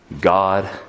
God